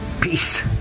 Peace